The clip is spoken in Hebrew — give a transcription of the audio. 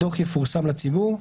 הדוח יפורסם לציבור.